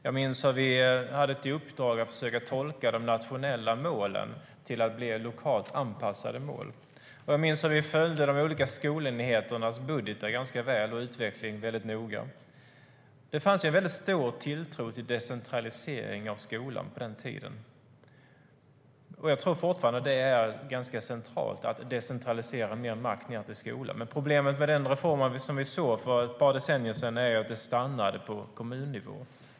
Jag minns att vi hade till uppdrag att försöka tolka de nationella målen till att bli lokalt anpassade mål. Jag minns hur vi följde de olika skolenheternas budgetar ganska väl och deras utveckling väldigt noga. Det fanns en stor tilltro till decentralisering av skolan på den tiden, och jag tror fortfarande att det är centralt att decentralisera mer makt ned till skolan. Men problemet med denna reform är, som vi såg för ett par decennier sedan, att det stannade på kommunnivå.